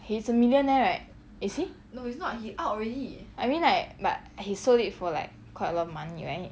he's a millionaire right is he I mean like but he sold it for like quite a lot of money right